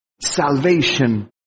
salvation